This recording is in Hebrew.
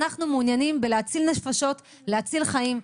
אנחנו מעוניינים להציל נפשות, להציל חיים.